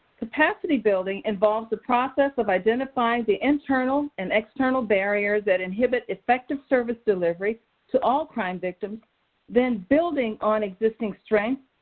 capacity building involves the process of identifying the internal and external barriers that inhibit effective service delivery to all crime victims then building on existing strengths,